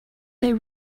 they